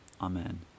Amen